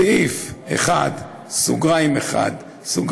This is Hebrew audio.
בסעיף 1(1)(ג),